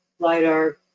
LIDAR